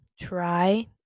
try